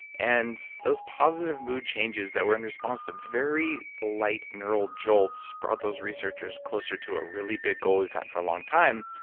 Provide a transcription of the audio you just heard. and those positive mood changes that were in response to very light neural jolts brought those researchers closer to a really big goal we've had for a long time,